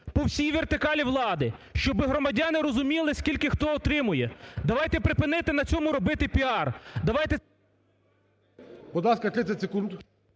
по всій вертикалі влади, щоб громадяни розуміли скільки хто отримує. Давайте припинити на цьому робити піар,